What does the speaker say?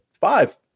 five